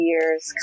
years